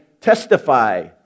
testify